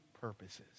purposes